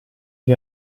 gli